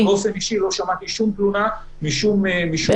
באופן אישי, לא שמעתי שום תלונה משום הורה.